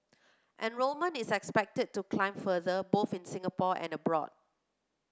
enrolment is expected to climb further both in Singapore and abroad